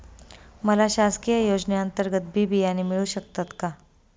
मला शासकीय योजने अंतर्गत बी बियाणे मिळू शकतात का?